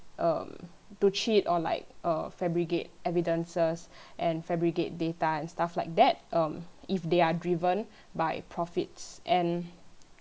um to cheat on like err fabricate evidences and fabricate data and stuff like that um if they are driven by profits and